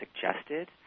suggested